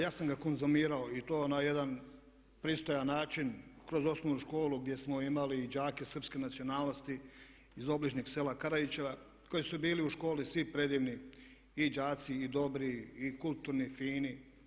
Ja sam ga konzumirao i to na jedan pristojan način kroz osnovnu školu gdje smo imali i đake srpske nacionalnosti iz obližnjeg sela Karaića koji su bili u školi svi predivni i đaci i dobri i kulturni i fini.